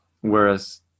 Whereas